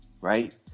right